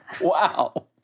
Wow